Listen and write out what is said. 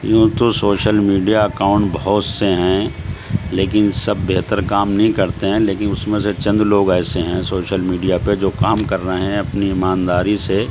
یوں تو social media account بہت سے ہیں لیکن سب بہتر کام نہیں کرتے ہیں لیکن اس میں سے چند لوگ ایسے ہیں سوشل میڈیا پہ جو کام کر رہے ہیں اپنی ایمانداری سے